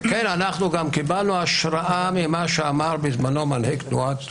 אנחנו גם קיבלנו השראה ממה שאמר בזמנו מנהיג תנועת חירות,